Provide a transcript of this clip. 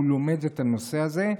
הוא לומד את הנושא הזה.